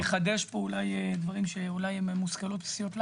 אני אחדש פה אולי דברים שאולי הם מושכלות בסיסיות לנו,